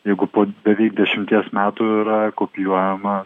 jeigu po beveik dešimties metų yra kopijuojama